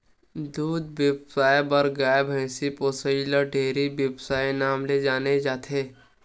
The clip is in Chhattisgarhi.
दूद बेवसाय बर गाय, भइसी पोसइ ल डेयरी बेवसाय के नांव ले जाने जाथे